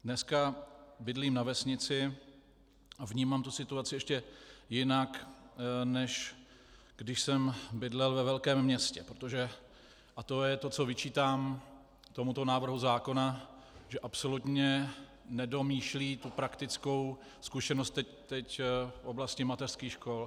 Dneska bydlím na vesnici a vnímám tu situaci ještě jinak, než když jsem bydlel ve velkém městě, protože a to je to, co vyčítám tomuto návrhu zákona absolutně nedomýšlí tu praktickou zkušenost teď v oblasti mateřských škol.